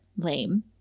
Lame